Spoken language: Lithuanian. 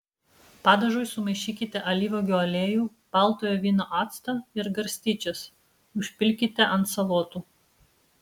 padažui sumaišykite alyvuogių aliejų baltojo vyno actą ir garstyčias užpilkite ant salotų